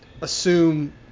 assume